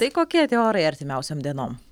tai kokie tie orai artimiausiom dienom